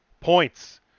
points